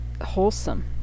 wholesome